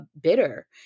bitter